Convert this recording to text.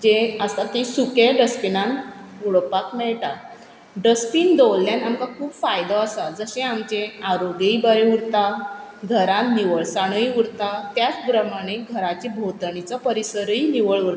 जें आसता ती सुकें डस्टबिनान उडोपाक मेळटा डस्टबीन दवरलेन आमकां खूब फायदो आसा जशें आमचें आरोग्यय बरें उरता घरान निवळसाण उरता त्याच प्रमाणें घराचे भोंवतणीचो परिसरय निवळ उरता